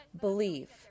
Believe